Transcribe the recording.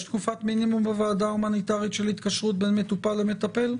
יש תקופת מינימום בוועדה ההומניטרית של התקשרות בין מטופל למטפל?